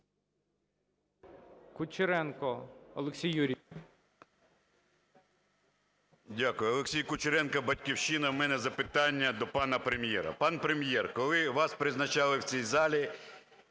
Дякую. Олексій Кучеренко, "Батьківщина". У мене запитання до пана Прем’єр. Пан Прем’єр, коли вас призначали в цій залі,